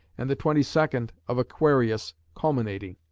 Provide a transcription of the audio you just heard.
and the twenty second of aquarius culminating.